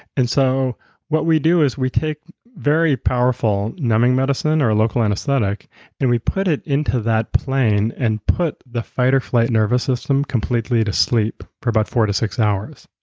and so what we do is we take very powerful numbing medicine or local anesthetic and we put it into that plane and put the fight or flight nervous system completely to sleep for about four to six hours.